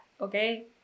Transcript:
okay